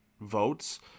votes